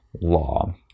Law